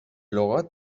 لغات